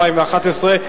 התשע"א 2011,